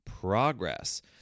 progress